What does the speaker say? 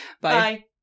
Bye